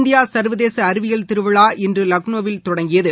India ச்வதேசஅறிவியல் திருவிழா இன்றுலக்னோவில் தொடங்கியது